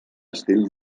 estil